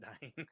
dying